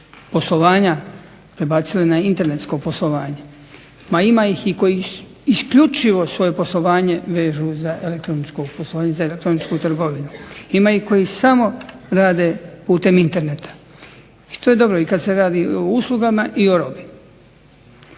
poslovanja prebacile na internetsko poslovanje, ma ima ih i koji isključivo svoje poslovanje vežu za elektroničko poslovanje, za elektroničku trgovinu, ima ih koji samo rade putem interneta, i to je dobro i kad se radi o uslugama i o robi.